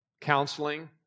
Counseling